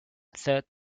third